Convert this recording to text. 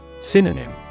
Synonym